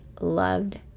loved